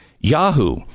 Yahoo